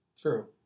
true